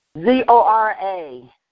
Z-O-R-A